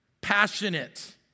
passionate